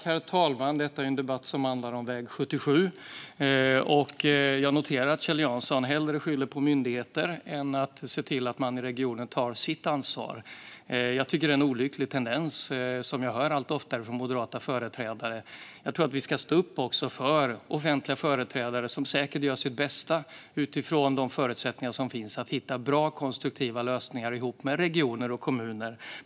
Herr talman! Denna debatt handlar om väg 77. Jag noterar att Kjell Jansson hellre skyller på myndigheter än ser till att man i regionen tar sitt ansvar. Det är en olycklig tendens, och jag hör den allt oftare från moderata företrädare. Vi borde stå upp för offentliga företrädare som säkert gör sitt bästa utifrån de förutsättningar som finns för att hitta bra och konstruktiva lösningar ihop med regioner och kommuner.